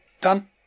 Done